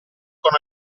con